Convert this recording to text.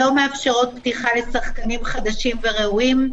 לא מאפשרות פתיחה לשחקנים חדשים וראויים,